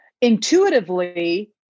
Intuitively